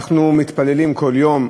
אנחנו מתפללים כל יום,